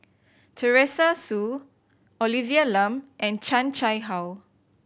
Teresa Hsu Olivia Lum and Chan Chang How